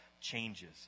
changes